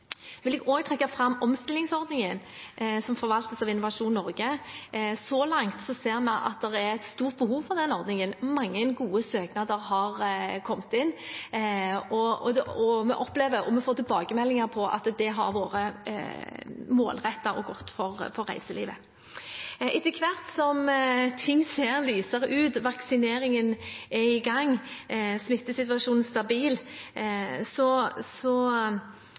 Jeg vil også trekke fram omstillingsordningen, som forvaltes av Innovasjon Norge. Så langt ser vi at det er et stort behov for den ordningen. Mange gode søknader har kommet inn, og vi opplever og får tilbakemeldinger på at det har vært målrettet og godt for reiselivet. Etter hvert som ting ser lysere ut, vaksineringen er i gang og smittesituasjonen stabil,